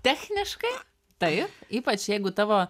techniškai taip ypač jeigu tavo